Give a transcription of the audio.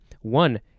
One